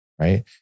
right